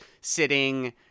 sitting